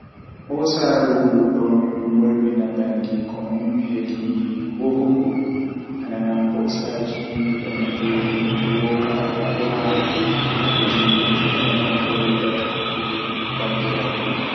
Woofnde ɓe njifti jaɓɓude e ɗooɓe kadi. ɓe waawi jibbine e hoore fittaare e ñiiɓe, Kawtal e waawaaji. Kadi, ɓe waawi teddungal e hoore, pawii, ko waawde heɓɓude waawaaji.